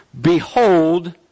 behold